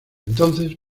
entonces